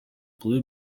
blue